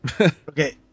okay